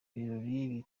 ibirori